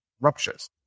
ruptures